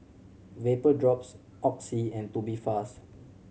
Vapodrops Oxy and Tubifast